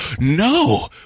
no